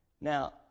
Now